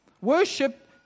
Worship